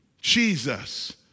Jesus